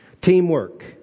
Teamwork